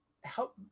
help